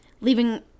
leaving